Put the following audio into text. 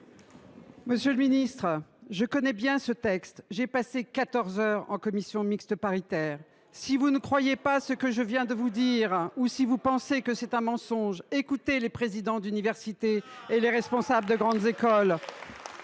réplique. le ministre, je connais bien ce texte : j’ai passé quatorze heures en commission mixte paritaire. Si vous ne croyez pas ce que je viens de vous dire ou si vous pensez que c’est un mensonge, écoutez les présidents d’universités et les responsables de grandes écoles